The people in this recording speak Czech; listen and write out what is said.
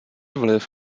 vliv